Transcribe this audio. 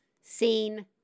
seen